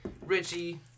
Richie